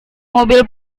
mobil